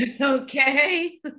Okay